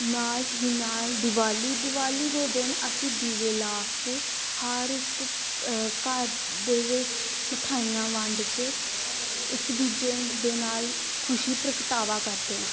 ਨਾਲ ਹੀ ਨਾਲ ਦਿਵਾਲੀ ਦਿਵਾਲੀ ਦੇ ਦਿਨ ਅਸੀਂ ਦੀਵੇ ਲਾ ਕੇ ਹਰ ਇੱਕ ਘਰ ਦੇ ਵਿੱਚ ਮਿਠਾਈਆਂ ਵੰਡ ਕੇ ਇੱਕ ਦੂਜੇ ਦੇ ਨਾਲ ਖੁਸ਼ੀ ਪ੍ਰਗਟਾਵਾ ਕਰਦੇ ਹਾਂ